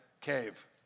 cave